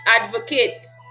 advocates